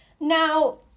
Now